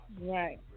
Right